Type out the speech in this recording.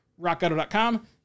rockauto.com